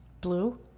Blue